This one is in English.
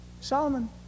Solomon